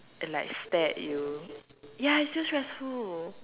and like stare at you ya it's still stressful